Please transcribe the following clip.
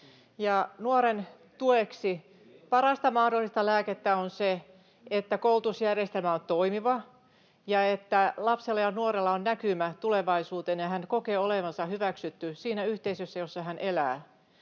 Nuoren tueksi parasta mahdollista lääkettä on se, että koulutusjärjestelmä on toimiva ja että lapsella ja nuorella on näkymä tulevaisuuteen ja hän kokee olevansa hyväksytty siinä yhteisössä, jossa hän elää.